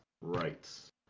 rights